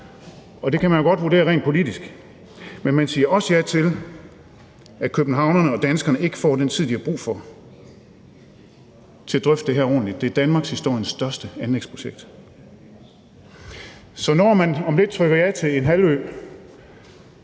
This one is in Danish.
og det kan man jo godt vurdere rent politisk. Men man siger også ja til, at københavnerne og danskerne ikke få den tid, de har brug for, til at drøfte det her ordentligt. Det er danmarkshistoriens største anlægsprojekt. Så når man om lidt trykker ja til en halvø,